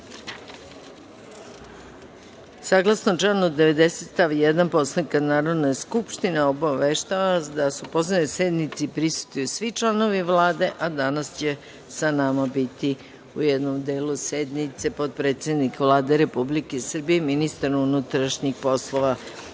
reda. Saglasno članu 90. stav 1. Poslovnika Narodne skupštine, obaveštavam vas da su pozvani da sednici prisustvuju svi članovi Vlade, a danas će sa nama biti u jednom delu sednice potpredsednik Vlade Republike Srbije, ministar unutrašnjih poslova